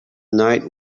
night